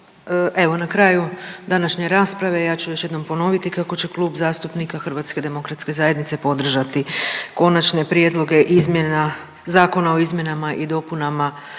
evo na kraju današnje rasprave ja ću još jednom ponoviti kako će Klub zastupnika HDZ-a podržati konačne prijedloge izmjena zakona o izmjenama i dopunama